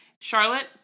Charlotte